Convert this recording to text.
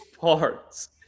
parts